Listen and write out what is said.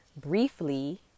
briefly